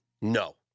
No